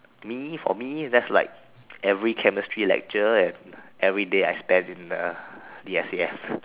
me for me that's like every chemistry lecture and everyday I spend in uh the S_A_F